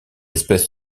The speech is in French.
espèce